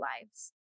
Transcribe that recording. lives